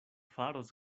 faros